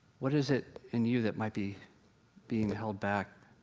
what is it in you that might be being held back,